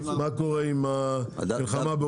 מה קורה עם המלחמה באוקראינה.